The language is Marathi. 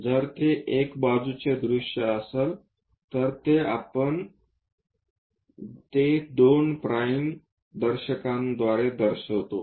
जर ते एक बाजूचे दृश्य असेल तर आपण ते दोन प्राइम दर्शकांद्वारे दर्शवितो